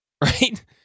Right